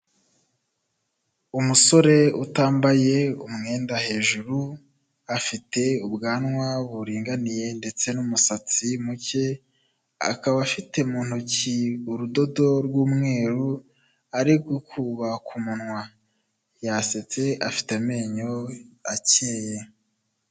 Umusore utambaye umwenda hejuru, afite ubwanwa buringaniye ndetse n'umusatsi muke, akaba afite mu ntoki urudodo rw'umweru, ari gukuba ku muwa. Yasetse, afite amenyo akeye.